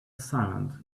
silent